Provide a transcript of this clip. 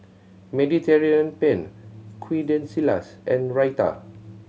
Mediterranean Penne Quesadillas and Raita